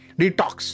detox